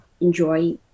enjoy